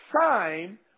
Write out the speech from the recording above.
sign